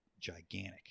gigantic